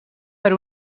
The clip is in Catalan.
per